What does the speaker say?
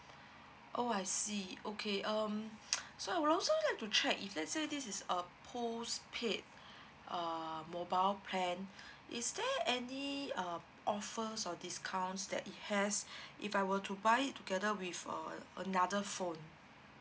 oh I see okay um so I would also like to check if let's say this is uh postpaid uh mobile plan is there any um offers or discounts that it has if I were to buy it together with uh another phone